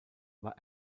war